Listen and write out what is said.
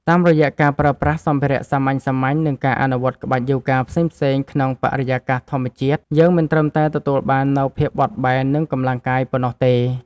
តាមរយៈការប្រើប្រាស់សម្ភារៈសាមញ្ញៗ និងការអនុវត្តក្បាច់យូហ្គាផ្សេងៗក្នុងបរិយាកាសធម្មជាតិ យើងមិនត្រឹមតែទទួលបាននូវភាពបត់បែន និងកម្លាំងកាយប៉ុណ្ណោះទេ។